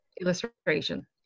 illustration